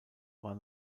war